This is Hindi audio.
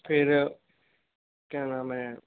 फिर क्या नाम है